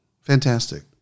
Fantastic